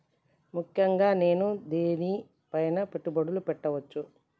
ముఖ్యంగా నేను దేని పైనా పెట్టుబడులు పెట్టవచ్చు?